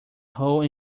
hole